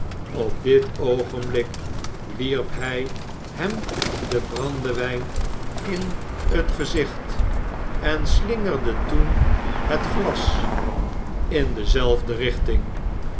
op dit oogenblik wierp hy hem den brandewyn in het gezicht en slingerde toen het glas in dezelfde richting